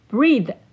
Breathe